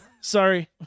sorry